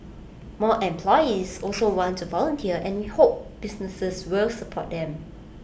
more employees also want to volunteer and we hope businesses will support them